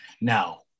now